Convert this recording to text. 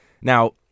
Now